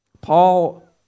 Paul